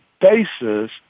basis